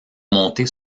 montées